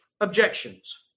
objections